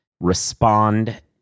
respond